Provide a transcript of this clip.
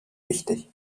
wichtig